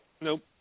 Nope